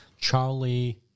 Charlie